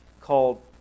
called